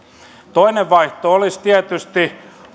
toinen vaihtoehto olisi tietysti